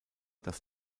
das